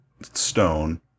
stone